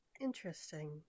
Interesting